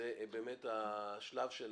זה באמת השלב של